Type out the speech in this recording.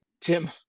Tim